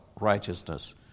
righteousness